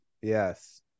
Yes